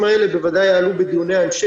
חייב שהדבר הזה ישתכלל בתמונה הכוללות.